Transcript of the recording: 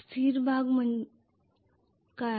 स्थिर भाग काय आहेत